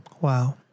Wow